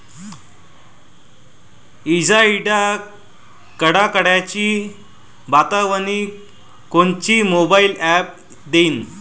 इजाइच्या कडकडाटाची बतावनी कोनचे मोबाईल ॲप देईन?